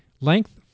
length